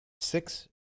six